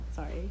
Sorry